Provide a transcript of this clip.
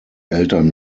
eltern